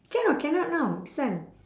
can or cannot now this one